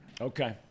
Okay